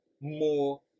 more